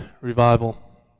revival